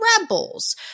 Rebels